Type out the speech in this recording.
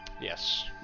Yes